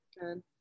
good